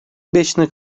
beşini